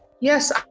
yes